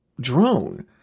drone